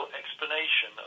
explanation